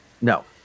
No